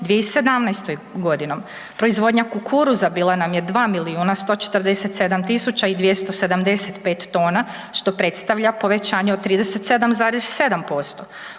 2017.g. Proizvodnja kukuruza bila nam je 2 milijuna 147 tisuća i 275 tona, što predstavlja povećanje od 37,7%.